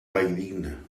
valldigna